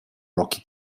rocky